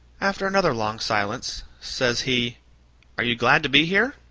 after another long silence, says he are you glad to be here?